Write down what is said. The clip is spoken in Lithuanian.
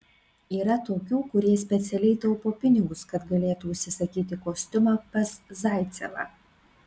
yra tokių kurie specialiai taupo pinigus kad galėtų užsisakyti kostiumą pas zaicevą